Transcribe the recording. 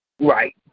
Right